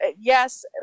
yes